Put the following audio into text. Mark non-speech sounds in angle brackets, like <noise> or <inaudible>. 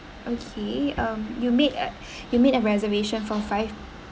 okay um you made a <breath> you made a reservation for five